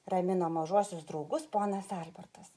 ramino mažuosius draugus ponas albertas